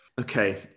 okay